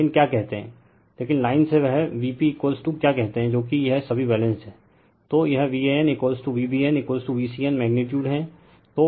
लेकिन क्या कहते हैं लेकिन लाइन से वह Vp क्या कहते है जो कि यह सभी बैलेंस्ड है तो यह VAN V bnVCN मैग्नीटीयूड है